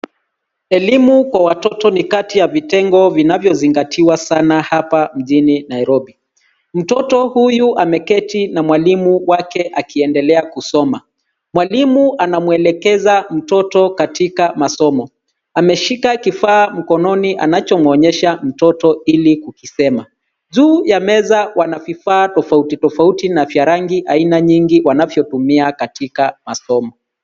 Elimu kwa watoto ni Kati ya vitengo vinavyosingatiwa sana hapa mjini Nairobi. Mtoto huyu ameketi na mwalimu wake akiendelea kusoma. Mwalimu anamwelekesa mtoto katika masomo, ameshika kifaa mkononi anachomwonyesha mtoto hili kukisema. Juu ya meza wana vifaa tafauti tafauti na vya rangi aina nyingi wanavyotumia katika masomo.